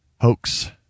hoax